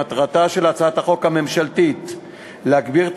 מטרתה של הצעת החוק הממשלתית להגביר את